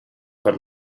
per